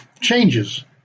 changes